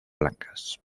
blancas